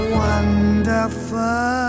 wonderful